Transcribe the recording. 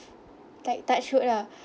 like touch wood lah